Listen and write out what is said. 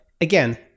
again